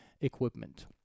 equipment